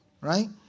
Right